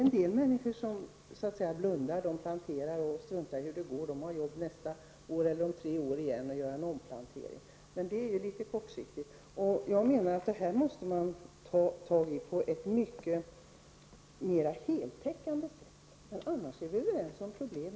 En del människor blundar. De planterar och struntar i hur det går. De har jobb nästa år eller om tre år igen med att göra en omplantering. Det är litet kortsiktigt. Man måste ta tag i detta på ett mycket mera heltäckande sätt. Vi är överens om problemet.